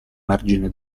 margine